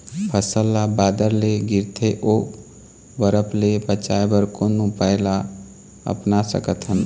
फसल ला बादर ले गिरथे ओ बरफ ले बचाए बर कोन उपाय ला अपना सकथन?